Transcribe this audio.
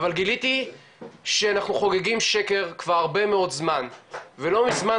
אבל גיליתי שאנחנו חוגגים שקר כבר הרבה מאוד זמן ולא מזמן